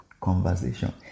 conversation